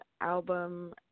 album